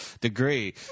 degree